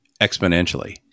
exponentially